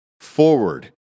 forward